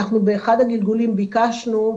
אנחנו באחד הגלגולים ביקשנו,